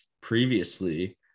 previously